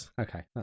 okay